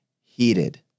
heated